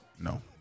No